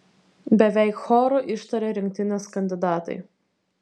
beveik choru ištarė rinktinės kandidatai